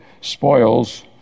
spoils